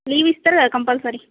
leave ఇస్తారుగా compulsory